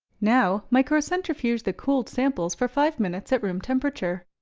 now, microcentrifuge the cooled samples for five minutes at room temperature.